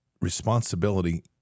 responsibility